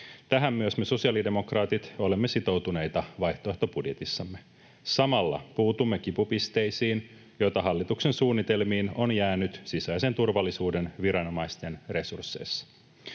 Tähän myös me sosiaalidemokraatit olemme sitoutuneita vaihtoehtobudjetissamme. Samalla puutumme kipupisteisiin, joita hallituksen suunnitelmiin on jäänyt sisäisen turvallisuuden viranomaisten resursseissa.